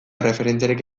erreferentziarik